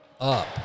up